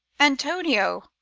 antonio,